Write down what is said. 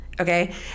Okay